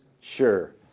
sure